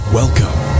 welcome